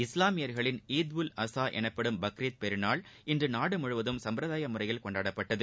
இஸ்லாமியர்களின் ஈதுல் அசா எனப்படும் பக்ரீத் பெருநாள் இன்று நாடுமுழுவதும் சும்பிரதாய முறையில் கொண்டாடப்பட்டது